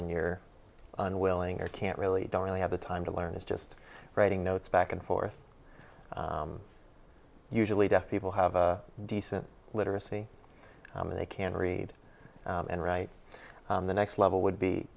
and you're unwilling or can't really don't really have the time to learn is just writing notes back and forth usually people have decent literacy and they can read and write the next level would be